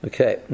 Okay